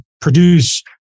Produce